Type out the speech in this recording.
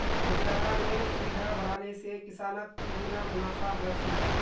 भण्डरानेर सुविधा बढ़ाले से किसानक तिगुना मुनाफा ह छे